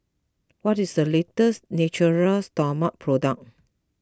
what is the latest Natura Stoma product